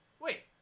wait